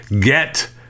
Get